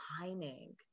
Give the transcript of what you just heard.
timing